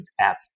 app